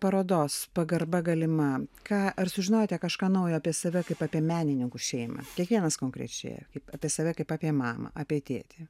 parodos pagarba galima ką ar sužinojote kažką naujo apie save kaip apie menininkų šeimą kiekvienas konkrečiai kaip apie save kaip apie mamą apie tėtį